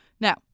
Now